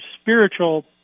spiritual